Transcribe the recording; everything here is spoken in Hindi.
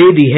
दे दी है